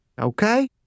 Okay